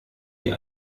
die